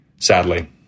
Sadly